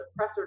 suppressor